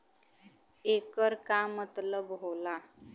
येकर का मतलब होला?